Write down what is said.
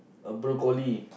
a broccoli